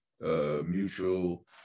mutual